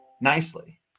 nicely